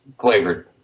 flavored